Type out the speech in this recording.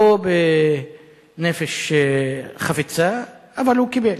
לא בנפש חפצה, אבל הוא קיבל.